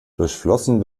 durchflossen